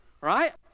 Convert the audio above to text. right